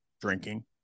drinking